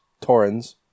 Torrens